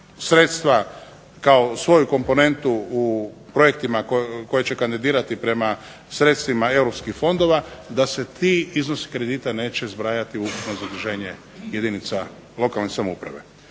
sredstva kao svoju komponentu u projektima koje će kandidirati prema sredstvima europskih fondova da se ti iznosi kredita neće zbrajati u ukupno zaduženje jedinica lokalne samouprave.